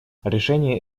решение